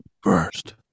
First